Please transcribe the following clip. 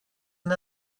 and